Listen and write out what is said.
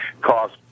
cost